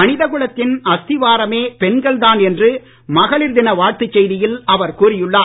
மனித குலத்தின் அஸ்திவாரமே பெண்கள் தான் என்று மகளிர் தின வாழ்த்துச் செய்தியில் அவர் கூறியுள்ளார்